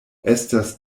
estas